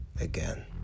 again